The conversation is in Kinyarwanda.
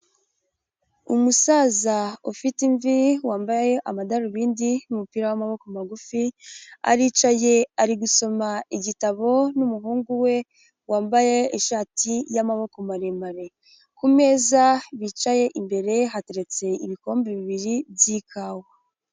Umusaza ufite imvi wambaye amadarubindi n'umupira w'amaboko magufi aricaye ari gusoma igitabo n'umuhungu we wambaye ishati y'amaboko maremare, kumeza bicaye imbere hateretse ibikombe bibiri byiikawa.